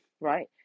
right